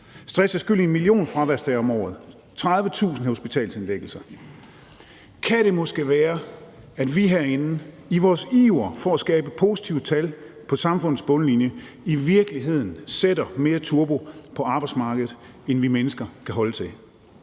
Stress er skyld i en million fraværsdage om året og 30.000 hospitalsindlæggelser. Kan det måske være, at vi herinde i vores iver for at skabe positive tal på samfundets bundlinje i virkeligheden sætter mere turbo på arbejdsmarkedet, end vi mennesker kan holde til?